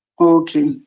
Okay